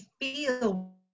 feel